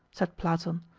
said platon.